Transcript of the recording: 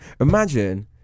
Imagine